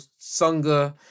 Sunga